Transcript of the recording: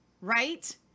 right